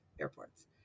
airports